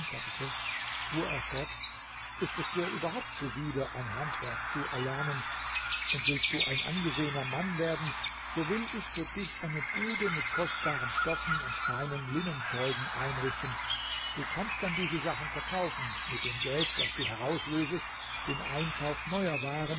fuhr er fort ist es dir überhaupt zuwider ein handwerk zu erlernen und willst du ein angesehener mann werden so will ich für dich eine bude mit kostbaren stoffen und feinen linnenzeugen einrichten du kannst dann diese sachen verkaufen mit dem geld das du herauslösest den einkauf neuer waren